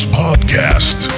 podcast